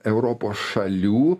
europos šalių